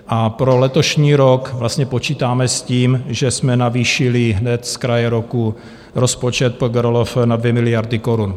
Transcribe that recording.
A pro letošní rok vlastně počítáme s tím, že jsme navýšili hned zkraje roku rozpočet PGRLF na 2 miliardy korun.